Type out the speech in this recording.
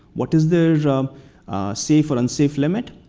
what is the safe or unsafe limit.